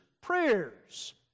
prayers